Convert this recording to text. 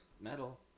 metal